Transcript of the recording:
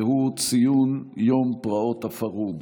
והוא הצעות לסדר-היום בנושא ציון יום פרעות הפרהוד,